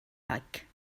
like